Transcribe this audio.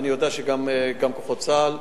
ואני יודע שגם כוחות צה"ל.